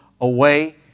away